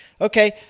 Okay